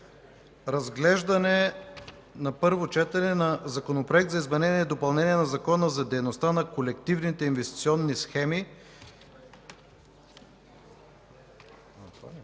да приеме на първо гласуване Законопроекта за изменение и допълнение на Закона за дейността на колективните инвестиционни схеми